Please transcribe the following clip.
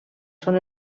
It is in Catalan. són